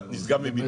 נשגב מבינתי.